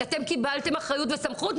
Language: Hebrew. אתם קיבלתם אחריות וסמכות,